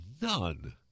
none